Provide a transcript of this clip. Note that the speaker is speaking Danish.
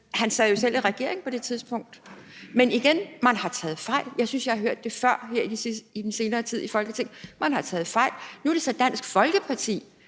at han jo selv sad i regering på det tidspunkt, men igen: Man har taget fejl. Jeg synes, jeg har hørt det før her i den senere tid i Folketinget: Man har taget fejl. Nu er det så Dansk Folkeparti,